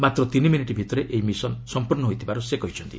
ମାତ୍ର ତିନିମିନିଟ୍ ଭିତରେ ଏହି ମିଶନ୍ ସଂପୂର୍ଣ୍ଣ ହୋଇଥିବାର ସେ କହିଛନ୍ତି